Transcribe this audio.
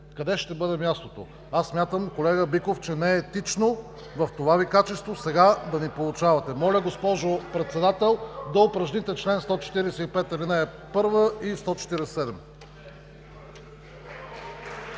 къде ще бъде мястото. Смятам, колега Биков, че не е етично в това Ви качество сега да ни поучавате. Моля, госпожо Председател, да упражните чл. 145, ал. 1 и чл. 147.